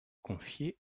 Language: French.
confié